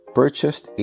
purchased